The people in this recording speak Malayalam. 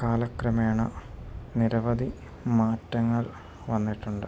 കാലക്രമേണ നിരവധി മാറ്റങ്ങൾ വന്നിട്ടുണ്ട്